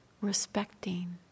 respecting